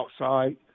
outside